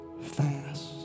fast